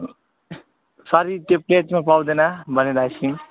sorry त्यो प्लेटमा पाउँदैन भनिला आइसक्रिम